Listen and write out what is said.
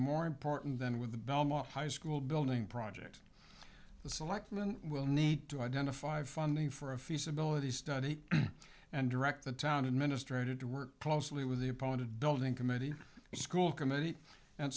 more important than with the belmont high school building project the selectmen will need to identify funding for a feasibility study and direct the town administrator to work closely with the appointed building committee the school committee and